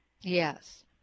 Yes